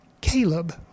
Caleb